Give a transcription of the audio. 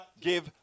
give